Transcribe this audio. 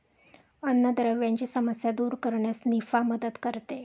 अन्नद्रव्यांची समस्या दूर करण्यास निफा मदत करते